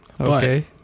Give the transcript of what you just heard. Okay